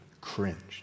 cringed